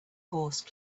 horse